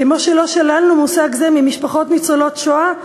כמו שלא שללנו מושג זה ממשפחות ניצולות השואה,